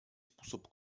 způsob